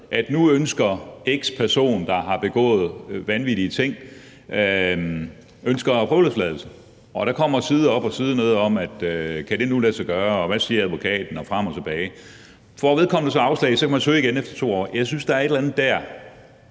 at nu ønsker x person, der har begået vanvittige ting, prøveløsladelse, og der bliver skrevet side op og side ned om, om det nu kan lade sig gøre, og hvad advokaten siger osv. Får vedkommendes så afslag, kan man søge igen efter 2 år. Jeg synes, at der er et eller andet der,